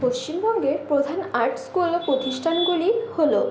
পশ্চিমবঙ্গের প্রধান art school বা প্রতিষ্ঠানগুলি হল